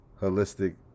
holistic